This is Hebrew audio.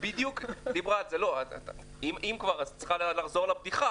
אם כבר, את צריכה לחזור על הבדיחה.